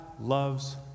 loves